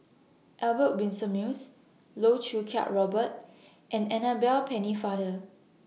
Albert Winsemius Loh Choo Kiat Robert and Annabel Pennefather